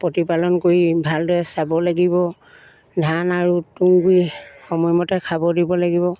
প্ৰতিপালন কৰি ভালদৰে চাব লাগিব ধান আৰু তুঁহগুৰি সময়মতে খাব দিব লাগিব